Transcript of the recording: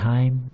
Time